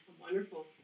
wonderful